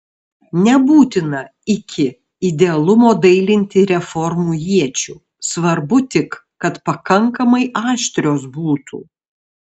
nebūtina iki idealumo dailinti reformų iečių svarbu tik kad pakankamai aštrios būtų